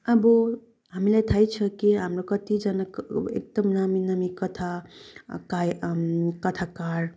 अब हामीलाई थाहै छ कि हाम्रो कतिजना एकदम नामी नामी कथा काइ कथाकार